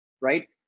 Right